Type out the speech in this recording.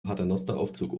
paternosteraufzug